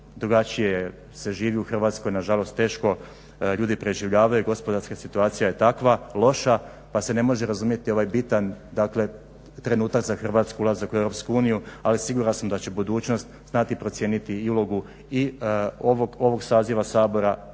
Drugačije se živi u Hrvatskoj nažalost teško ljudi preživljavaju, gospodarska situacija je takva loša pa se ne može razumjeti ovaj bitan trenutak za Hrvatsku ulazak u EU ali siguran sam da će budućnost znati procijeniti i ulogu i ovog saziva Sabora